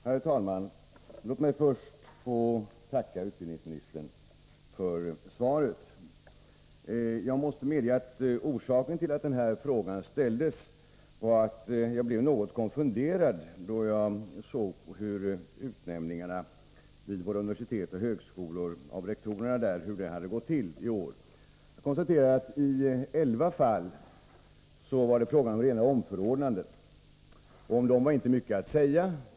Herr talman! Låt mig först få tacka utbildningsministern för svaret. Jag måste medge att orsaken till att frågan ställdes var att jag blev något konfunderad då jag såg hur utnämningarna av rektorerna vid våra universitet och högskolor hade gått till i år. Jag konstaterade att i elva fall var det fråga om rena omförordnanden, och om dem var inte mycket att säga.